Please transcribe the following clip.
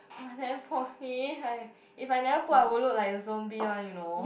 but then for me I if I never put I will look like a zombie one you know